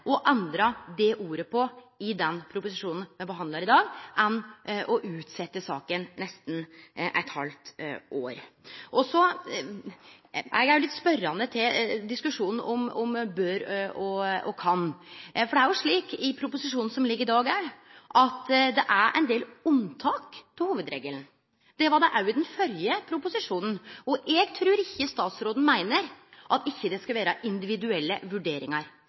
det ordet på i den proposisjonen me behandlar i dag, enn å utsetje saken i nesten eit halvt år. Eg er òg litt spørjande til diskusjonen om «bør» og «kan». Det er jo slik i proposisjonen som ligg i dag òg, at det er ein del unntak frå hovudregelen. Det var det òg i den førre proposisjonen. Eg trur ikkje statsråden meiner at det ikkje skal vere individuelle vurderingar.